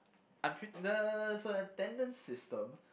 I'm pret~ there's a tendon system